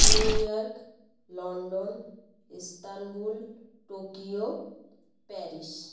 New York London Istanbul Tokyo Paris